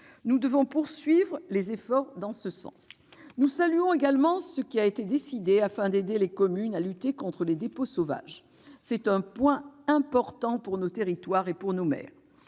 nous devons donc poursuivre les efforts en ce sens. Nous saluons également les dispositions prises afin d'aider les communes à lutter contre les dépôts sauvages. Il s'agit d'un point important pour nos territoires et pour nos maires.